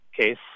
case